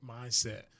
mindset